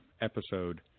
episode